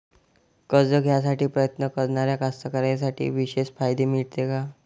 कर्ज घ्यासाठी प्रयत्न करणाऱ्या कास्तकाराइसाठी विशेष फायदे मिळते का?